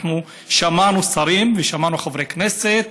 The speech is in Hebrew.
אנחנו שמענו שרים ושמענו חברי כנסת,